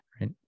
right